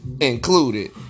included